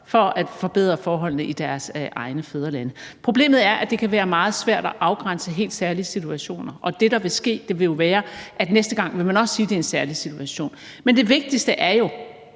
for at forbedre forholdene i deres egne fædrelande. Problemet er, at det kan være meget svært at afgrænse helt særlige situationer, og det, der vil ske, vil jo være, at næste gang vil man også sige, at det er en særlig situation. Men det vigtigste er jo,